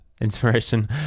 inspiration